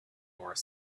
more